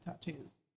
tattoos